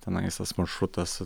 tenais tas maršrutas